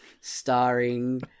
starring